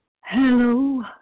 hello